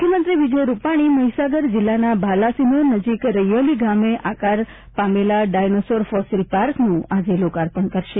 મુખ્યમંત્રી વિજય રૂપાણી મહીસાગર જિલ્લાના બાલા સિનોર નજીક રૈયોલી ગામે આકાર પામેલા ડાયનાસોર ફોસિલ પાર્કનું આજે લોકાર્પણ કરશે